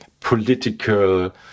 political